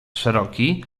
szeroki